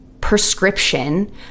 prescription